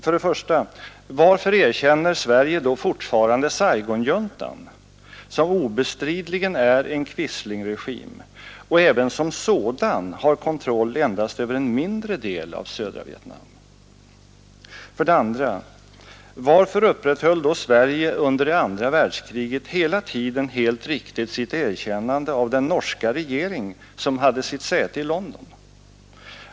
För det första: Varför erkänner Sverige då fortfarande Saigonjuntan, som obestridligen är en quislingregim och även som sådan har kontroll endast över en mindre del av södra Vietnam? För det andra: Varför upprätthöll då Sverige under det andra världskriget hela tiden helt riktigt sitt erkännande av den norska regering Nr 84 som hade sitt säte i London?